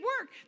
work